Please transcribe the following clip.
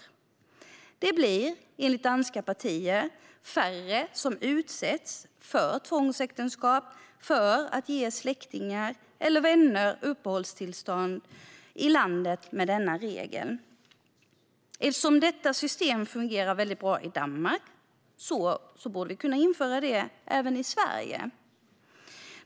Med denna regel blir det, enligt danska partier, färre som utsätts för tvångsäktenskap för att ge släktingar eller vänner uppehållstillstånd i landet. Eftersom detta system fungerar väldigt bra i Danmark borde vi kunna införa det även i Sverige.